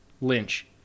Lynch